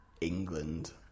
England